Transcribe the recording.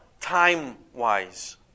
time-wise